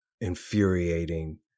infuriating